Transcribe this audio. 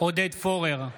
עודד פורר,